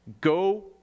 Go